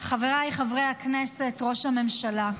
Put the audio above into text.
חבריי חברי הכנסת, ראש הממשלה,